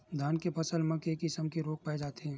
धान के फसल म के किसम के रोग पाय जाथे?